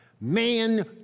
man